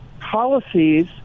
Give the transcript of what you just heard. policies